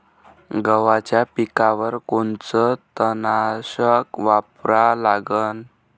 गव्हाच्या पिकावर कोनचं तननाशक वापरा लागन?